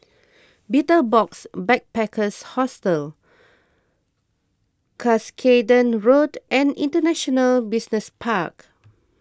Betel Box Backpackers Hostel Cuscaden Road and International Business Park